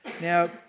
Now